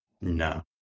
No